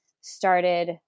started